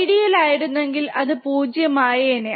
ideal ആയിരുന്നെങ്കിൽ അത് 0 ആയേനെ